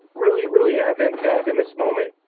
really, really have impact in this moment,